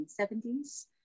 1970s